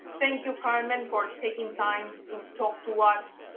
thank you, carmen, for taking time to talk to us.